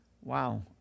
Wow